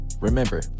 Remember